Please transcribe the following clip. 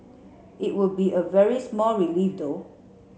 it would be a very small relief though